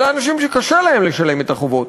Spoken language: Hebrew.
אלא אנשים שקשה להם לשלם את החובות.